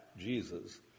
Jesus